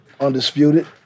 Undisputed